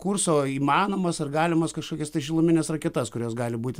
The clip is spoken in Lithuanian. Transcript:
kurso įmanomas ar galimas kažkokias tai šilumines raketas kurios gali būti